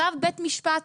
צו בית משפט